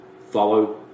follow